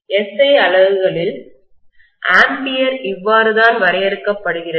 SI அலகுகளில் ampere இவ்வாறுதான் வரையறுக்கப் படுகிறது